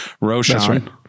Roshan